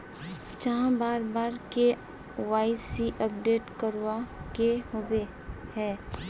चाँह बार बार के.वाई.सी अपडेट करावे के होबे है?